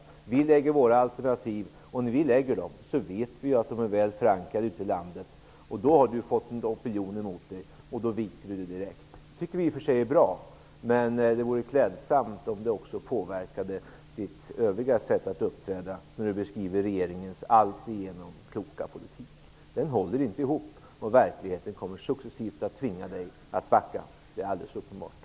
Socialdemokraterna vet att när de framlägger sina alternativ så är de väl förankrade ute i landet. Därmed har Per-Ola Eriksson fått en opinion emot sig, och då viker han sig direkt. Det tycker jag i och för sig är bra, men det vore klädsamt om det också påverkade Per-Ola Erikssons sätt att uppträda i övrigt när han beskriver regeringens alltigenom kloka politik. Den håller inte ihop. Verkligheten kommer successivt att tvinga Per-Ola Eriksson att backa, det är alldeles uppenbart.